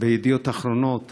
בידיעות אחרונות